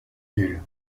nuls